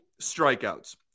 strikeouts